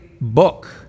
book